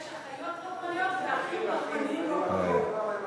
יש אחיות רחמניות ואחים רחמנים לא פחות.